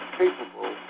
capable